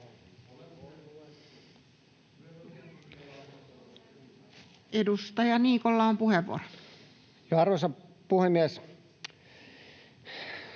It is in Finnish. Edustaja Niikolla on puheenvuoro. [Speech